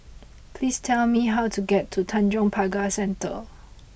please tell me how to get to Tanjong Pagar Centre